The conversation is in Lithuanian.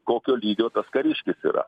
kokio lygio tas kariškis yra